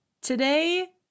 Today